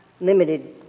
limited